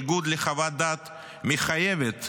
בניגוד לחוות דעת מחייבת